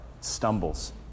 stumbles